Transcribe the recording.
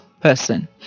person